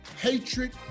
hatred